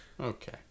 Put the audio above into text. Okay